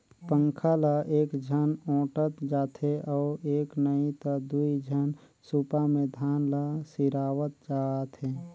पंखा ल एकझन ओटंत जाथे अउ एक नही त दुई झन सूपा मे धान ल गिरावत जाथें